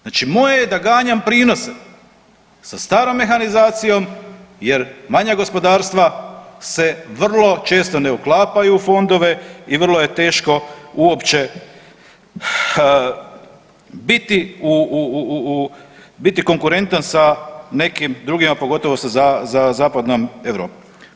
Znači moje je da ganjam prinose sa starom mehanizacijom, jer manja gospodarstva se vrlo često ne uklapaju u fondove i vrlo je teško uopće biti konkurentan sa nekim drugima pogotovo sa Zapadnom Europom.